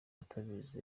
atabizi